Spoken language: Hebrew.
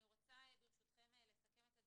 אני רוצה ברשותכם לסכם את הדיון.